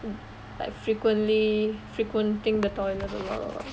like frequently frequenting the toilet a lot